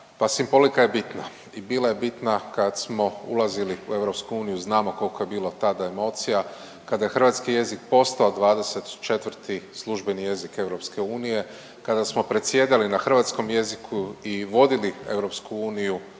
simbolika je bitna i bila je bitna kad smo ulazili u EU znamo kolko je bilo tada emocija kada je hrvatski jezik postao 24. službeni jezik EU, kada smo predsjedali na hrvatskom jeziku i vodili EU